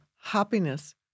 happiness